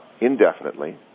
indefinitely